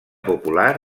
popular